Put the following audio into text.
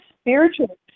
spiritual